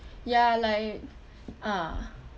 ya like ah